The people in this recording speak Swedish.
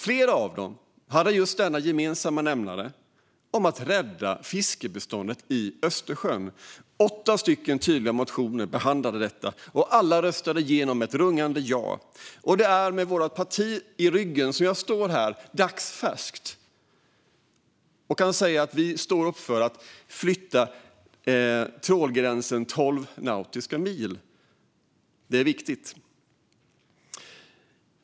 Flera av dem hade just denna gemensamma nämnare: att rädda fiskbeståndet i Östersjön. Åtta stycken tydliga motioner behandlade detta, och alla röstades igenom med ett rungande ja. Det är med vårt parti i ryggen som jag står här - det är dagsfärskt - och kan säga att vi står upp för att flytta trålgränsen tolv nautiska mil. Det är viktigt.